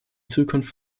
zukunft